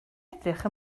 edrych